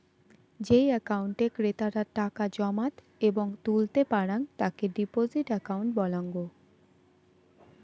যেই একাউন্টে ক্রেতারা টাকা জমাত এবং তুলতে পারাং তাকে ডিপোজিট একাউন্ট বলাঙ্গ